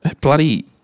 Bloody